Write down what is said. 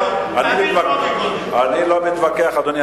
אדוני,